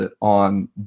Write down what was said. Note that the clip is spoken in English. on